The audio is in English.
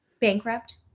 Bankrupt